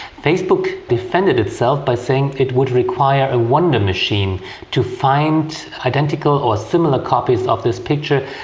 facebook defended itself by saying it would require a wonder machine to find identical or similar copies of this picture,